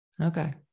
Okay